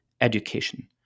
education